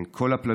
בין כל הפלגים,